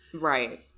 Right